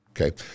Okay